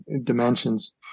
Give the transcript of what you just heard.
dimensions